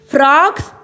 Frogs